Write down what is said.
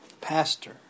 pastor